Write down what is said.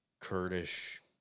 Kurdish